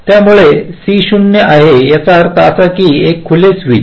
त्यामुळे C0 आहे याचा अर्थ असा एक खुले स्विच